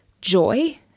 joy